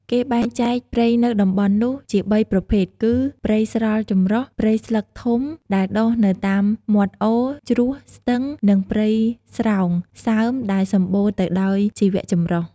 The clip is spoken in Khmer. គេបែងចែកព្រៃនៅតំបន់នោះជាបីប្រភេទគឺ ព្រៃស្រល់ចម្រុះ ព្រៃស្លឹកធំដែលដុះនៅតាមមាត់អូរ ជ្រោះ ស្ទឹង និងព្រៃស្រោងសើមដែលសំបូរទៅដោយជីវចម្រុះ។